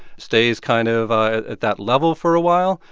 stays kind of ah at that level for a while,